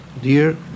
Dear